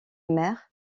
mère